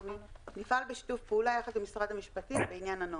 אנחנו נפעל בשיתוף פעולה יחד עם משרד המשפטים בעניין הנוהל.